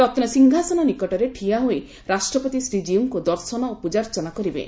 ରନୂସିଂହାସନ ନିକଟରେ ଠିଆ ହୋଇ ରାଷ୍ଟ୍ରପତି ଶ୍ରୀକୀଉଙ୍କୁ ଦର୍ଶନ ଓ ପ୍ରଜାର୍ଚ୍ଚନା କରିବେ